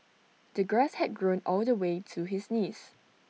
the grass had grown all the way to his knees